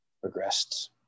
progressed